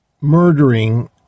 murdering